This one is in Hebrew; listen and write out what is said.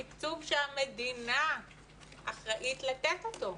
תקצוב שהמדינה אחראית לתת אותו.